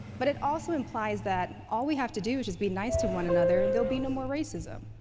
but it also implies that all we have to do is just be nice to one another, and there'll be no more racism.